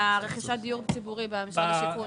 על רכישת הדיור הציבורי במשרד השיכון.